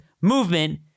movement